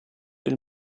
del